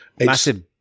massive